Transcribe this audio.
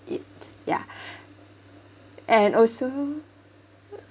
it ya and also